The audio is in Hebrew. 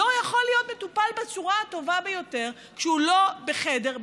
לא יכול להיות מטופל בצורה הטובה ביותר כשהוא לא בחדר,